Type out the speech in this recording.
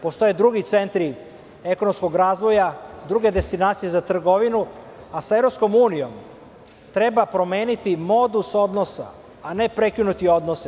Postoje drugi centri ekonomskog razvoja, druge destinacije za trgovinu, a sa EU treba promeniti modus odnosa, a ne prekinuti odnose.